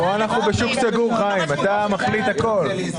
וזה המעברים שגם ככה הם מוגבלים,